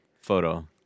photo